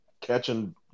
catching